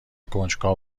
کنجکاو